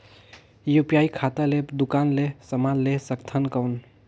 UPI खाता ले दुकान ले समान ले सकथन कौन?